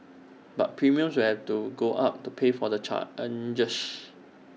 but premiums will have to go up to pay for the